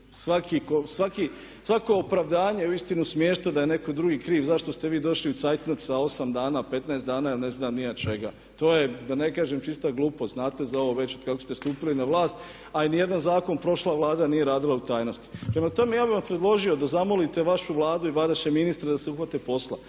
svako opravdanje uistinu je smiješno da je netko drugi kriv zašto ste vi došli u „cajtnot“ sa 8 dana, 15 dana ili ne znam ni ja čega. To je da ne kažem čista glupost, znate za ovo već otkako ste stupili na vlast a niti jedan zakon prošla Vlada nije radila u tajnosti. Prema tome, ja bih vam predložio da zamolite vašu Vladu i vaše ministre da se uhvate posla